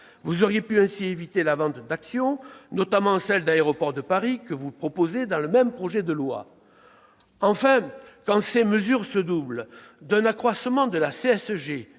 Vous auriez pu ainsi éviter la vente d'actions, notamment celles d'Aéroports de Paris, proposée dans le même projet de loi. Quand ces mesures se doublent d'un accroissement de la CSG